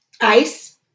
ice